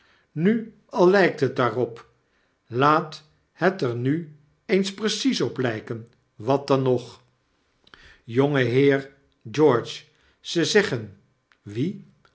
nu al lfltt het daarop laat het er nu eens precies op lpen wat dan nog jongeheer george ze zeggen wie